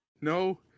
No